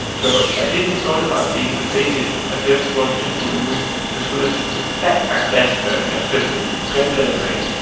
so i didn't thought about being the biggest. i just want to do it as good as i could best sperm best sperm, yeah. simply creme de la creme